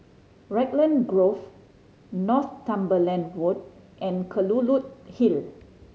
Raglan Grove Northumberland Road and Kelulut Hill